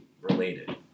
related